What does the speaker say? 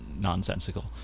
nonsensical